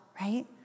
right